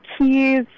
keys